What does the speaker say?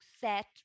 set